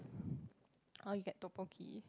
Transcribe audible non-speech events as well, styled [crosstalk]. [breath] or you get tteokbokki